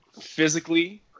physically